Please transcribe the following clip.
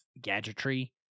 gadgetry